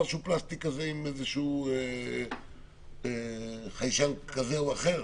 שהוא פלסטיק עם איזשהו חיישן כזה או אחר.